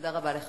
תודה רבה לך.